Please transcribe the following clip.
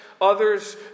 others